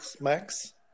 Max